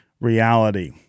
reality